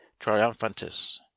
Triumphantis